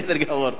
בסדר גמור.